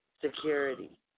security